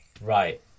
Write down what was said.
Right